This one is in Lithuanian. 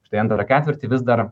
štai antrą ketvirtį vis dar